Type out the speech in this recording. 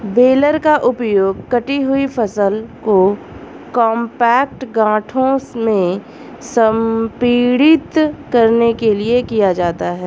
baler का उपयोग कटी हुई फसल को कॉम्पैक्ट गांठों में संपीड़ित करने के लिए किया जाता है